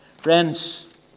Friends